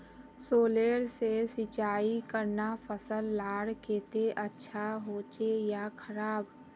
Solar से सिंचाई करना फसल लार केते अच्छा होचे या खराब?